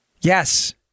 Yes